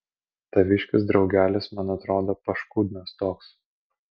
taviškis draugelis man atrodo paškudnas toks